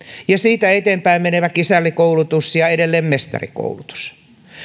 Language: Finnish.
ja siitä eteenpäin menevä kisällikoulutus ja edelleen mestarikoulutus